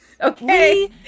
Okay